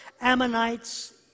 Ammonites